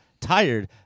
tired